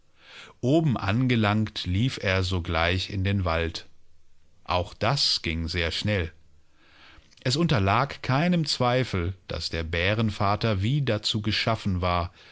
oben angelangt lief er sogleich in den wald auch das ging sehr schnell es unterlag keinem zweifel daß der bärenvater wie dazu geschaffen war